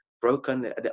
broken